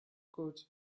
good